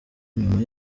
nyuma